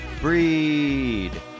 breed